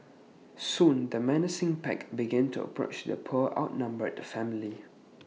soon the menacing pack begin to approach the poor outnumbered family